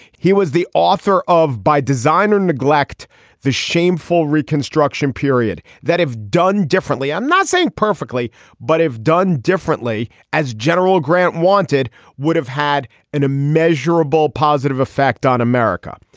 he was the author of by design or neglect the shameful reconstruction period that if done differently. i'm not saying perfectly but if done differently as general grant wanted would have had an immeasurable positive effect on america.